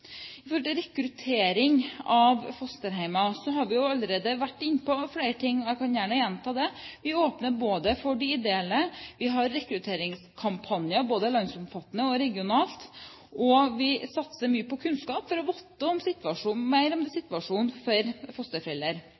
rekruttering av fosterhjem, har vi allerede vært inne på flere ting. Jeg kan gjerne gjenta det: Vi åpner for de ideelle, vi har rekrutteringskampanjer – både landsomfattende og regionale – og vi satser mye på kunnskap for å vite mer om situasjonen for fosterforeldre. Ja, vi har utfordringer i det